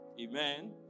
Amen